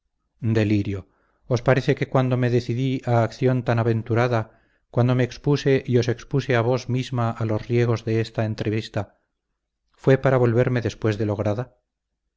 delirio os parece que cuando me decidí a acción tan aventurada cuando me expuse y os expuse a vos misma a los riesgos de esta entrevista fue para volverme después de lograda